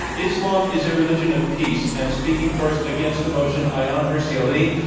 islam is a religion of peace. and speaking first against the motion, ayaan hirsi ali,